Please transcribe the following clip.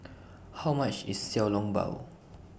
How much IS Xiao Long Bao